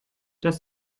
das